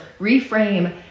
reframe